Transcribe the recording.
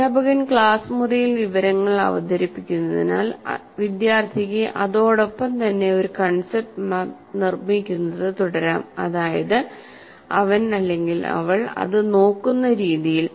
അദ്ധ്യാപകൻ ക്ലാസ് മുറിയിൽ വിവരങ്ങൾ അവതരിപ്പിക്കുന്നതിനാൽ വിദ്യാർത്ഥിക്ക് അതോടൊപ്പം തന്നെ ഒരു കൺസെപ്റ്റ് മാപ്പ് നിർമ്മിക്കുന്നത് തുടരാം അതായത് അവൻഅവൾ അത് നോക്കുന്ന രീതിയിൽ